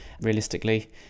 realistically